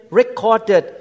recorded